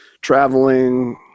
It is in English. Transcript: traveling